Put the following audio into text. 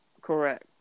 correct